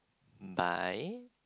bye